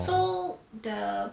so the